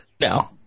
No